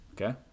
Okay